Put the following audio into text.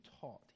taught